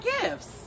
gifts